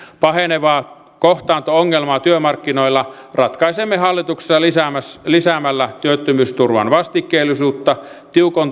pahenevaa kohtaanto ongelmaa työmarkkinoilla ratkaisemme hallituksessa lisäämällä työttömyysturvan vastikkeellisuutta